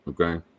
Okay